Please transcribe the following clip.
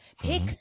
pick